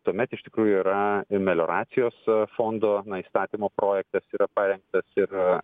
tuomet iš tikrųjų yra melioracijos fondo įstatymo projektas yra parengtas ir